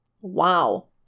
Wow